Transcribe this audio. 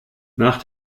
nach